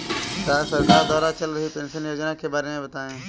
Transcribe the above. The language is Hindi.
राज्य सरकार द्वारा चल रही पेंशन योजना के बारे में बताएँ?